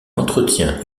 entretient